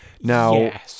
Now